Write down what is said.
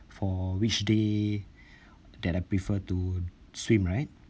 for which day that I prefer to swim right